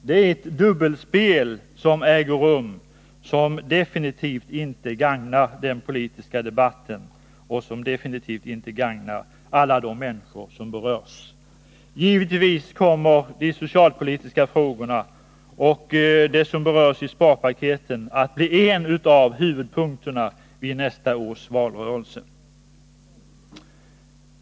Det pågår ett dubbelspel som definitivt inte gagnar den politiska debatten eller alla de människor som berörs. Givetvis kommer de socialpolitiska frågorna och sparpaketen att bli huvudpunkter i nästa års valrörelse.